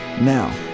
Now